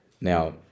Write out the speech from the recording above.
Now